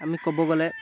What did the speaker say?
আমি ক'ব গ'লে